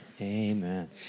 Amen